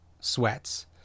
sweats